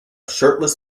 shirtless